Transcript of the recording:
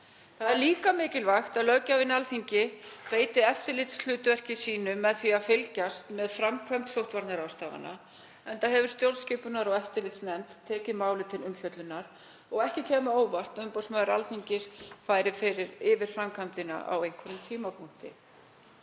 það er líka mikilvægt að löggjafinn Alþingi beiti eftirlitshlutverki sínu með því að fylgjast með framkvæmd sóttvarnaráðstafana enda hefur stjórnskipunar- og eftirlitsnefnd tekið málið til umfjöllunar og ekki kæmi á óvart að umboðsmaður Alþingis færi yfir framkvæmdina á einhverjum tímapunkti.